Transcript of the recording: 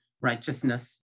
righteousness